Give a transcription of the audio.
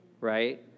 right